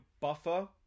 buffer